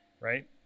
Right